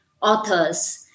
authors